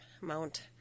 mount